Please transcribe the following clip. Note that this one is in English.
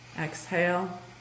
Exhale